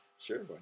sure